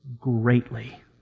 greatly